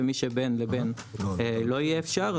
ומי שבין לבין לא יהיה אפשר,